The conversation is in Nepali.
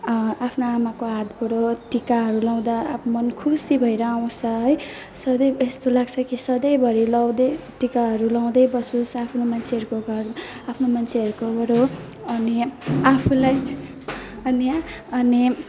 आफ्नो आमाको हातबाट टिकाहरू लगाउँदा आफ्नो मन खुसी भएर आउँछ है सधैँ यस्तो लाग्छ कि सधैँभरि लगाउँदै टिकाहरू लगाउँदै बसोस् आफ्नो मान्छेहरूको घर आफ्नो मान्छेहरूकोबाट अनि आफूलाई अनि अनि